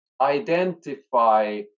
identify